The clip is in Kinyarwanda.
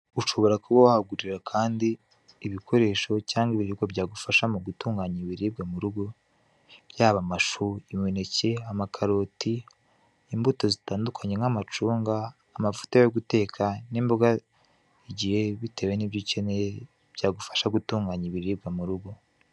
Ushobora kuba wagurira kandi ibikoresho cyangwa ibiribwa byagufasha mu gutunganya ibiribwa mu rugo, byaba amashu, imineke, amakaroti, imbuto zitandukanye nk'amacunga, amavuta yo guteka n'imboga, igihe bitewe n'ibyo ukeneye byagufasha gutunganya ibiribwa mu rugo.